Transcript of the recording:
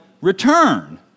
return